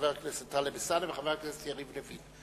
חבר הכנסת טלב אלסאנע וחבר הכנסת יריב לוין.